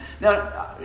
Now